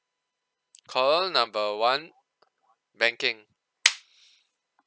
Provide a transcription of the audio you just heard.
call number one banking